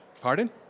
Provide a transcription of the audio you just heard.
pardon